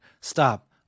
stop